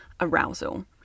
arousal